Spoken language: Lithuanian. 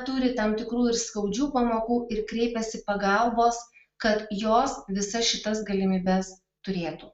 turi tam tikrų ir skaudžių pamokų ir kreipiasi pagalbos kad jos visas šitas galimybes turėtų